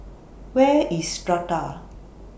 Where IS Strata